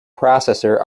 processor